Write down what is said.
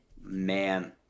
Man